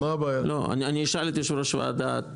הנה, אני אשאל את יושב-ראש ועדת הכלכלה.